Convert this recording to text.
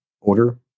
order